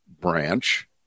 branch